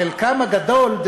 חלקם הגדול,